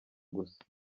gusa